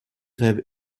rêve